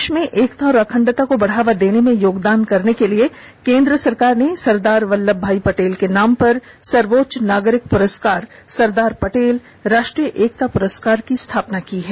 देश में एकता और अखंडता को बढ़ावा देने में योगदान करने के लिए केन्द्र सरकार ने सरदार वल्लभ भाई पटेल के नाम पर सर्वोच्च नागरिक पुरस्कार सरदार पटेल राष्ट्रीय एकता पुरस्कार की स्थापना की है